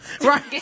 Right